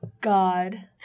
God